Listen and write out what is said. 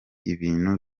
ibintu